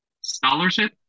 scholarship